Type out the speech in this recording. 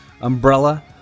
umbrella